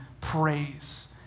praise